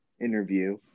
interview